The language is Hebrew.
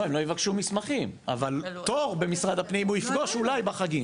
לא יבקשו מסמכים אבל תור במשרד הפנים הוא יפגוש אולי בחגים.